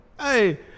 hey